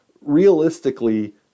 realistically